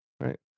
right